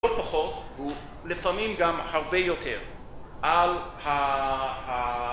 לא פחות ולפעמים גם הרבה יותר, על ה...